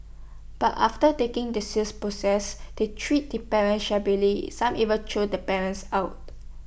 but after taking the sales proceeds they treat the parents shabbily some even throwing the parents out